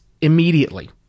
immediately